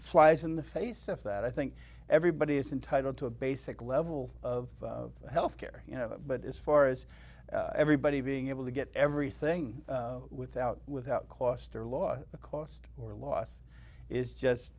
flies in the face of that i think everybody is entitled to a basic level of health care you know but as far as everybody being able to get everything without without cost or loss the cost or loss is just